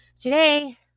Today